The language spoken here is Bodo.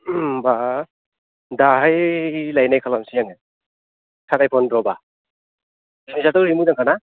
होमबा दाहाय लायनाय खालामसै आङो साराय फन्द्र'बा जिनिसाथ' ओरैनो मोजांखाना